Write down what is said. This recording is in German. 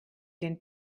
den